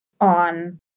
on